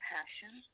Passion